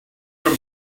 from